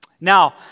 Now